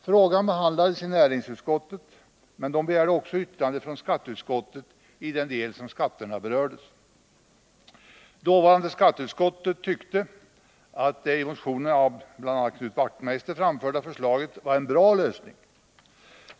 Frågan behandlades i näringsutskottet, som också begärde yttrande från skatteutskottet i den del där skatterna berördes. Dåvarande skatteutskottet tyckte att det i motionen av bl.a. Knut Wachtmeister framförda förslaget var en bra lösning.